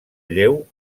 lleu